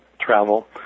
travel